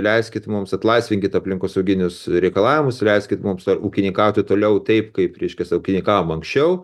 leiskit mums atlaisvinkit aplinkosauginius reikalavimus leiskit mums dar ūkininkauti toliau taip kaip reiškiasi ūkininkavom anksčiau